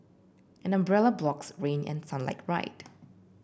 an umbrella blocks rain and sunlight right